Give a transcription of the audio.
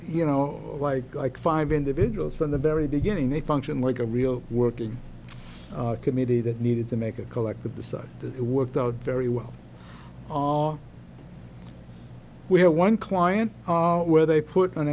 you know like like five individuals from the very beginning they functioned like a real working committee that needed to make a collective decide it worked out very well for all we have one client where they put an